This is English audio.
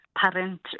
parent